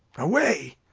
away,